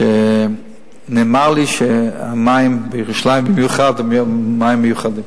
שנאמר לי שהמים בירושלים במיוחד הם מים מיוחדים,